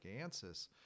Ansys